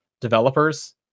developers